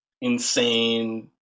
insane